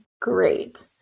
Great